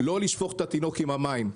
לא לשפוך את התינוק עם המים.